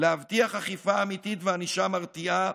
להבטיח אכיפה אמיתית וענישה מרתיעה,